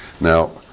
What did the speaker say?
Now